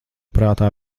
prātā